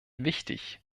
wichtig